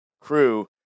crew